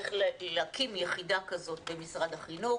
צריך להקים יחידה כזאת במשרד החינוך